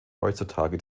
heutzutage